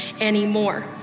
anymore